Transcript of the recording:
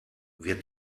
wir